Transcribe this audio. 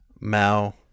mao